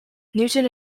newton